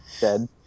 dead